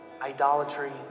idolatry